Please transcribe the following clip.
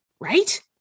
right